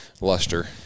luster